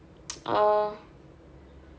orh